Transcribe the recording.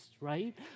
right